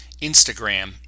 Instagram